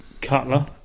Cutler